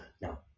now